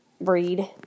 Breed